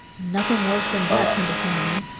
nothing worse than death can befall me,